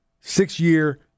six-year